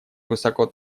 высоко